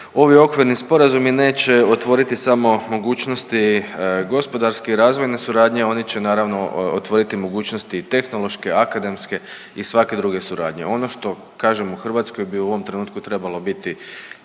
ovi okvirni sporazumi neće otvoriti samo mogućnosti gospodarske i razvojne suradnje, oni će naravno otvoriti mogućnosti i tehnološke, akademske i svake druge suradnje, ono što kažem u Hrvatskoj bi u ovom trenutku trebalo biti